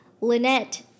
Lynette